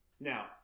Now